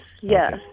yes